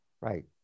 Right